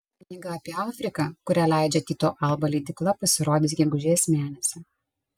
knyga apie afriką kurią leidžia tyto alba leidykla pasirodys gegužės mėnesį